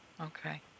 Okay